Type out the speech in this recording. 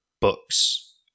books